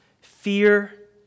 fear